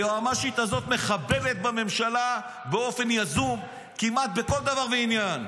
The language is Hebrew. היועמ"שית הזאת מחבלת בממשלה באופן יזום כמעט בכל דבר ועניין.